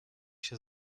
się